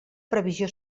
previsió